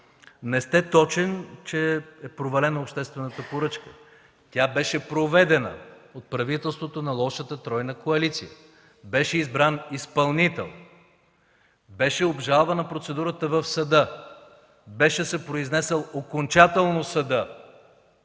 Не сте точен, че е провалена обществената поръчка. Тя беше проведена от правителството на лошата тройна коалиция, беше избран изпълнител, беше обжалвана процедурата в съда, съдът се беше произнесъл окончателно за